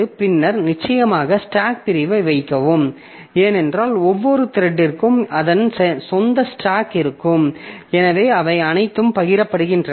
பின்னர் நிச்சயமாக ஸ்டாக் பிரிவை வைக்கவும் ஏனென்றால் ஒவ்வொரு த்ரெட்டிற்கும் அதன் சொந்த ஸ்டாக் இருக்கும் எனவே அவை அனைத்தும் பகிரப்படுகின்றன